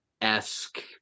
esque